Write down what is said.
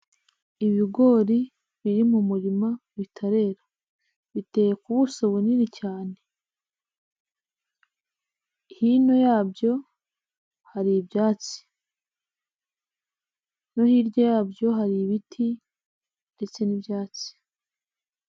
Ibigori biri mu murima bitarera biteye kubuso bunini cyane hino yabyo hari ibyatsi. No hirya yabyo hari ibiti ndetse n'ibyatsi.